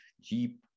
Jeep